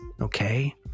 Okay